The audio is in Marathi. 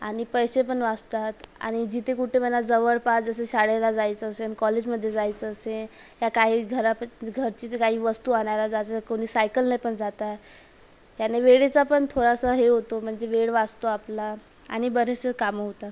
आणि पैसे पण वाचतात आणि जिथे कुठे मला जवळपास जसे शाळेला जायचं असेल कॉलेजमध्ये जायचं असेल या काही घरा घरचे काही वस्तू आणायला जायचं कोणी सायकलने पण जातात याने वेळेचा पण थोडासा हे होतो म्हणजे वेळ वाचतो आपला आणि बरेचसे कामं होतात